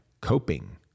coping